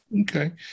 Okay